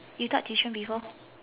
you taught tuition before